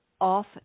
off